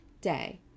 day